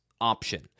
option